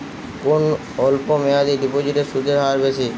কোন অল্প মেয়াদি ডিপোজিটের সুদের হার বেশি?